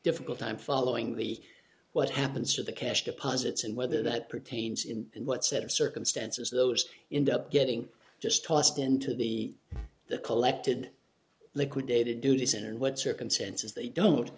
difficult time following the what happens to the cash deposits and whether that pertains in what set of circumstances those in the getting just tossed into the the collected liquidated duties and what circumstances they don't